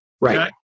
Right